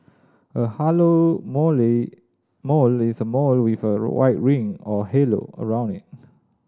a halo mole mole is a mole with a white ring or halo around it